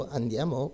andiamo